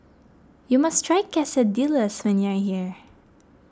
you must try Quesadillas when you are here